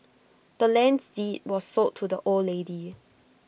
the land's deed was sold to the old lady